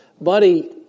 buddy